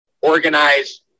organize